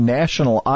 national